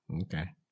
Okay